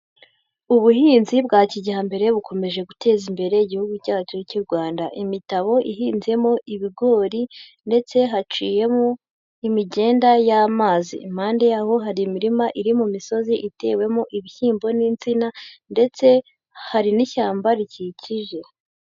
Ubuhinzi bwa kijyambere, bukomeje guteza imbere igihugu cyacu cy'u Rwanda. Imitabu ihinzemo ibigori, ndetse haciyemo imigenda y'amazi. Impande yaho hari imirima iri mu misozi itewemo ibishyimbo n'insina. Ndetse hari n'ishyamba rikikije.